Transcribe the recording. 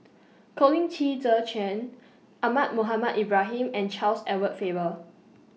Colin Qi Zhe Quan Ahmad Mohamed Ibrahim and Charles Edward Faber